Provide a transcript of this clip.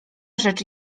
rzecz